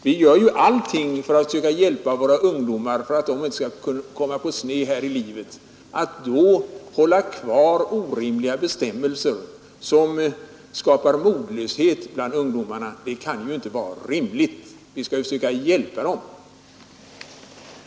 Vi gör ju allt för att försöka hjälpa våra ungdomar att inte komma på sned här i livet, och att då bibehålla orimliga bestämmelser som skapar modlöshet bland ungdomarna kan inte vara rimligt. Vi skall ju försöka hjälpa de unga.